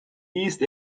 east